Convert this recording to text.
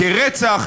רצח,